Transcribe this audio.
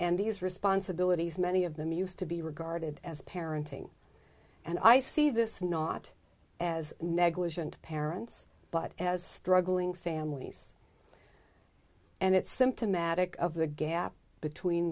and these responsibilities many of them used to be regarded as parenting and i see this not as negligent parents but as struggling families and it's symptomatic of the gap between